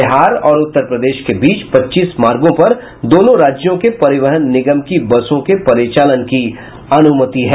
बिहार और उत्तर प्रदेश के बीच पच्चीस मार्गो पर दोनों राज्यों के परिवहन निगम की बसों के परिचालन की अनुमति है